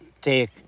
take